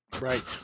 Right